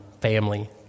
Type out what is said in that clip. family